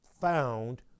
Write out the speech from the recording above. found